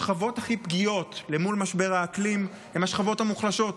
השכבות הכי פגיעות למול משבר האקלים הן השכבות המוחלשות.